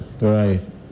Right